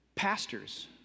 Pastors